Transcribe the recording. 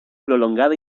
prolongada